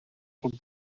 bod